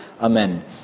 Amen